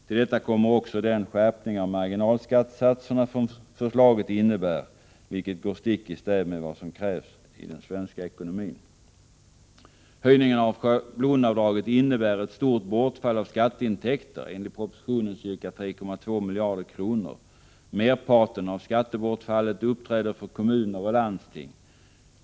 Till detta kommer också den skärpning av marginalskattesatserna som förslaget innebär, vilket går stick i stäv med vad som krävs i den svenska ekonomin. Höjningen av schablonavdraget innebär ett stort bortfall av skatteintäkter, enligt propositionen ca 3,2 miljarder kronor. Merparten av skattebortfallet uppträder för kommuner och landsting.